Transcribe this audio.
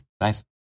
Nice